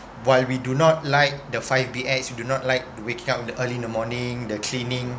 while we do not like the five B_X we do not like to waking up early in the morning the cleaning